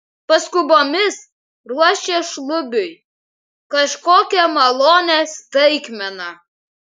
paskubomis ruošė šlubiui kažkokią malonią staigmeną